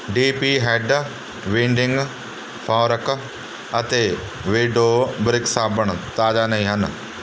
D P head winding fork ਅਤੇ ਬਿਡੋ brick ਸਾਬਣ ਤਾਜ਼ਾ ਨਹੀਂ ਸਨ